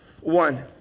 One